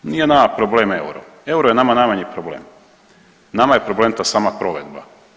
Nije nama problem euro, euro je nama najamni problem, nama je problem ta sama provedba.